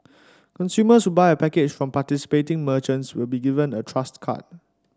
consumers who buy a package from participating merchants will be given a trust card